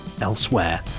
Elsewhere